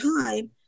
time